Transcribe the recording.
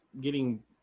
getting-